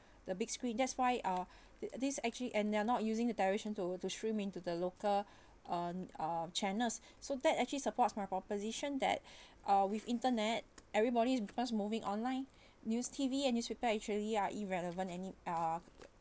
the big screen that's why uh th~ this actually and they're not using the television to to stream into the local um uh channels so that actually supports my proposition that uh with internet everybody because moving online news T_V and newspaper actually are irrelevant any uh